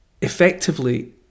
effectively